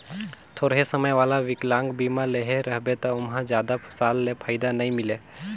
थोरहें समय वाला विकलांगमा बीमा लेहे रहबे त ओमहा जादा साल ले फायदा नई मिले